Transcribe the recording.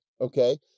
okay